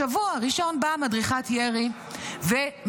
בשבוע הראשון באה מדריכת ירי ומחבקת